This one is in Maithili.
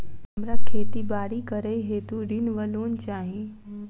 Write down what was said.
हमरा खेती बाड़ी करै हेतु ऋण वा लोन चाहि?